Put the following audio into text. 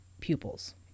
pupils